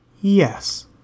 yes